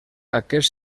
aquest